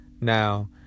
Now